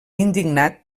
indignat